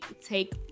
take